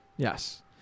Yes